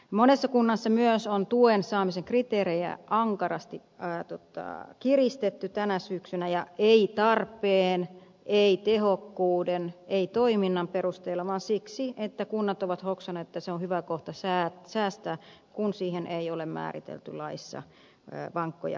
monessa kunnassa myös on tuen saamisen kriteerejä ankarasti kiristetty tänä syksynä ja ei tarpeen ei tehokkuuden ei toiminnan perusteella vaan siksi että kunnat ovat hoksanneet että se on hyvä kohta säästää kun siihen ei ole määritelty laissa vankkoja kriteerejä